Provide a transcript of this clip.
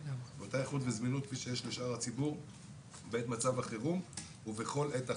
באותה איכות וזמינות כפי שיש לשאר הציבור בעת מצב החירום ובכל עת אחרת.